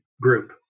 group